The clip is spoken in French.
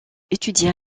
étudia